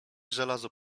żelazo